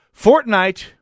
Fortnite